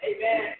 Amen